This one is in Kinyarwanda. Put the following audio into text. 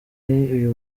uyu